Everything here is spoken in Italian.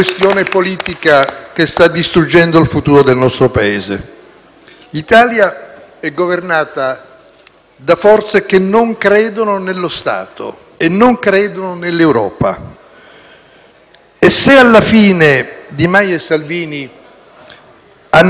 E se, alla fine, Di Maio e Salvini hanno ceduto, certo non lo hanno fatto per spirito europeista, ma per la paura delle conseguenze cui la loro irresponsabilità stava, e sta tutt'ora, esponendo l'Italia.